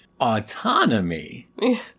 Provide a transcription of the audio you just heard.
autonomy